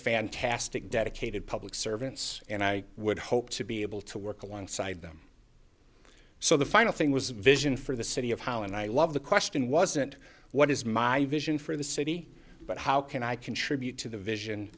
fantastic dedicated public servants and i would hope to be able to work alongside them so the final thing was a vision for the city of how and i love the question wasn't what is my vision for the city but how can i contribute to the vision